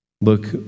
Look